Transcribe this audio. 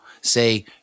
say